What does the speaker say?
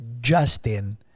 Justin